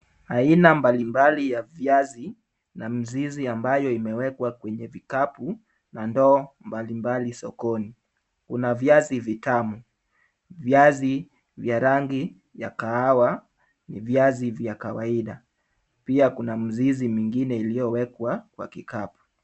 Aina mbalimbali ya viazi na mzizi ambayo imewekwa kwenye vikapu na ndoo mbalimbali sokoni. Kuna viazi vitamu. Viazi vya rangi ya kahawia ni viazi vya kawaida. Pia kuna mizizi mingine iliyowekwa kwa kikapu.